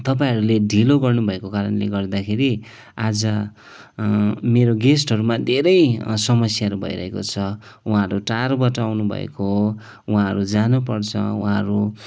तपाईँहरूले ढिलो गर्नु भएको कारणले गर्दाखेरि आज मेरो गेस्टहरूमा धेरै समस्याहरू भइरहेको छ उहाँहरू टाढोबाट आउनुभएको हो उहाँहरू जानुपर्छ उहाँहरू